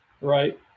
right